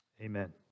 Amen